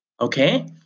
Okay